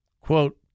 quote